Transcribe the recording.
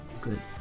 good